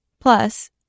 Plus